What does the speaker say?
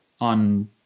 on